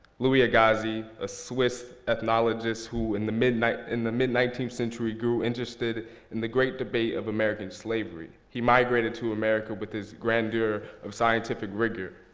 louis agassiz, a ah swiss acknowledgest who in the mid nine in the mid nineteenth century grew interested in the great debate of american slavery. he migrated to america with his grandeur of scientific rigor.